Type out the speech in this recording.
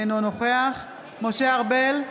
אינו נוכח משה ארבל,